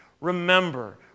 remember